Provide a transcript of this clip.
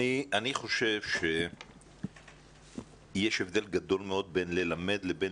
אני חושב שיש הבדל גדול מאוד בין ללמד לבין